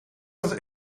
dat